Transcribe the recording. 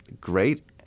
great